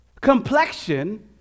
Complexion